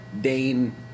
Dane